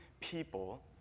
people